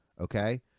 Okay